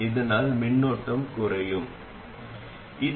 இது vgs இந்த மின்னோட்டம் gmvgs